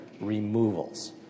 removals